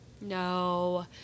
No